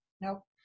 Nope